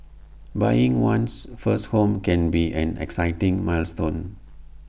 buying one's first home can be an exciting milestone